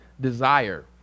desire